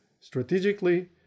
strategically